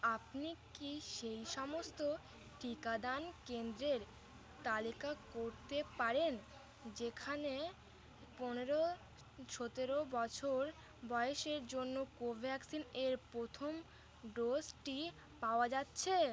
আপনি কি সেই সমস্ত টিকাদান কেন্দ্রের তালিকা করতে পারেন যেখানে পনেরো সতেরো বছর বয়েসের জন্য কোভ্যাক্সিন এর প্রথম ডোজটি পাওয়া যাচ্ছে